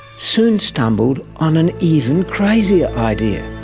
soon stumbled on an even crazier idea.